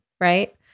right